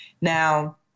Now